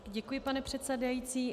Děkuji, pane předsedající.